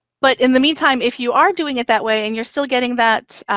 but in the meantime, if you are doing it that way and you're still getting that,